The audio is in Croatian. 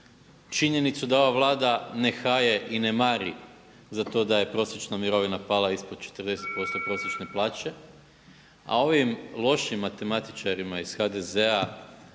Činjenicu da ova Vlada ne haje i ne mari za to da je prosječna mirovina pala ispod 40% prosječne plaće a ovim lošim matematičarima iz HDZ-a